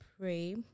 pray